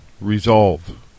resolve